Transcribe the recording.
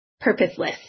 purposeless